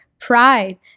pride